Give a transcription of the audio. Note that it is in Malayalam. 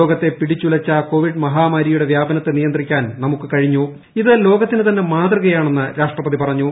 ലോകത്തെ പിടിച്ചുലച്ച കോവിഡ് പ്രി മ്ഹാമാരിയുടെ വ്യാപനത്തെ നിയന്ത്രിക്കാൻ നമുക്ക് കഴിഞ്ഞും ഇത് ലോകത്തിന് തന്നെ മാതൃകയാണെന്ന് രാഷ്ട്രപതി പ്പറഞ്ഞു